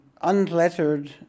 unlettered